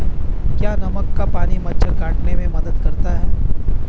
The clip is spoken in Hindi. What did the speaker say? क्या नमक का पानी मच्छर के काटने में मदद करता है?